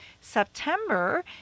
September